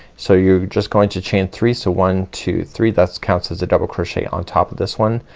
so you're just going to chain three. so one, two, three, that counts as a double crochet on top of this one.